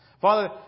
Father